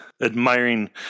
admiring